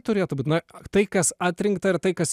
turėtų būt na tai kas atrinkta ir tai kas